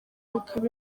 bikaba